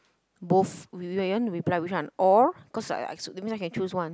both you want to reply to which one or cause that means I can choose one